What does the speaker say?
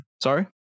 Sorry